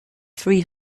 three